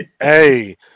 Hey